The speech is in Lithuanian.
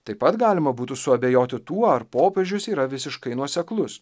taip pat galima būtų suabejoti tuo ar popiežius yra visiškai nuoseklus